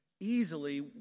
Easily